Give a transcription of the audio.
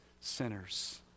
sinners